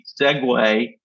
segue